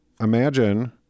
imagine